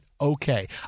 okay